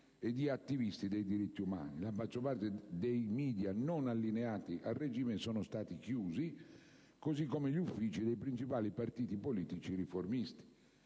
e di attivisti dei diritti umani. La maggior parte dei *media* non allineati al regime sono stati chiusi, così come gli uffici dei principali partiti politici riformisti.